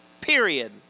Period